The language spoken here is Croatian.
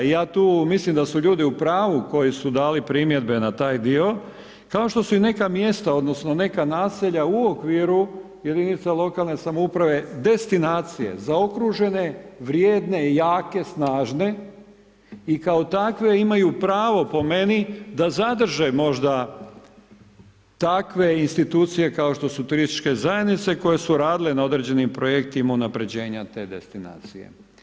I ja tu mislim da su ljudi u pravu koji su dali primjedbe na taj dio kao što su i neka mjesta, odnosno neka naselja u okviru jedinica lokalne samouprave destinacije, zaokružene, vrijedne i jake, snažne i kao takve imaju pravo po meni da zadrže možda takve institucije kao što su turističke zajednice koje su radile na određenim projektima unapređenja te destinacije.